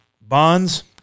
Bonds